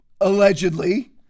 allegedly